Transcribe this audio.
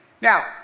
Now